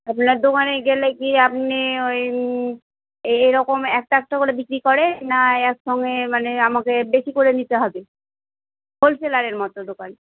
আপনার দোকানে গেলে কি আপনি ওই ওই এরকম একটা একটা করে বিক্রি করেন না একসঙ্গে মানে আমাকে বেশি করে নিতে হবে হোলসেলারের মতো দোকান